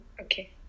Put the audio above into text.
Okay